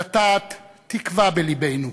לטעת תקווה בלבנו,